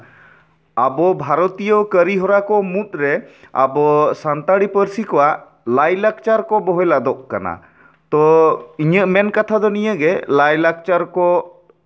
ᱟᱵᱚ ᱵᱷᱟᱨᱚᱛᱤᱭᱚ ᱠᱟᱨᱤ ᱦᱚᱨᱟ ᱠᱚ ᱢᱩᱫᱽᱨᱮ ᱟᱵᱚ ᱥᱟᱱᱛᱟᱲᱤ ᱯᱟᱹᱨᱥᱤ ᱠᱚᱣᱟᱜ ᱞᱟᱭ ᱞᱟᱠᱪᱟᱨ ᱠᱚ ᱵᱚᱦᱮᱞ ᱟᱫᱚᱜ ᱠᱟᱱᱟ ᱛᱚ ᱤᱧᱟᱹᱜ ᱢᱮᱱ ᱠᱟᱛᱷᱟ ᱫᱚ ᱱᱤᱭᱟᱹᱜᱮ ᱞᱟᱭᱼᱞᱟᱠᱪᱟᱨ ᱠᱚ